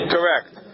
Correct